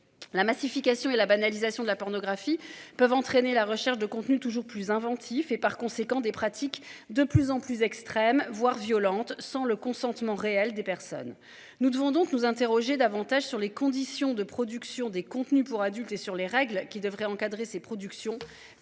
La massification et la banalisation de la pornographie peuvent entraîner la recherche de contenus toujours plus inventifs et par conséquent des pratiques de plus en plus extrême, voire violente sans le consentement réel des personnes. Nous devons donc nous interroger davantage sur les conditions de production des contenus pour adultes et sur les règles qui devrait encadrer ces productions